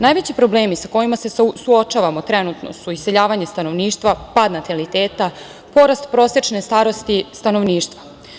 Najveći problemi sa kojima se suočavamo trenutno su iseljavanje stanovništva, pad nataliteta, porast prosečne starosti stanovništva.